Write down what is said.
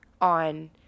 on